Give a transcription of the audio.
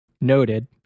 noted